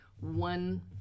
one